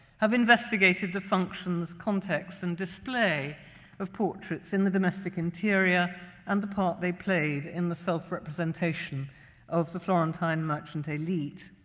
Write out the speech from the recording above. have investigated the functions, contexts, and display of portraits in the domestic interior and the part they played in the self-representation of the florentine merchant elite.